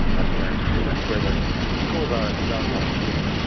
that's where that's where their their schools are and their jobs are and everything,